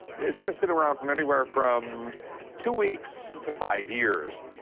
it's going to sit around from anywhere from two weeks to five years.